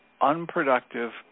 unproductive